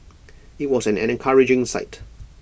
IT was an encouraging sight